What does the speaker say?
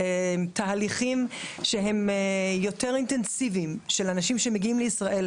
תהליכים שהם יותר אינטנסיביים של אנשים שמגיעים לישראל,